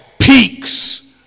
peaks